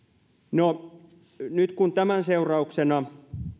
no nyt kun tämän seurauksena